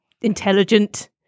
intelligent